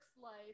life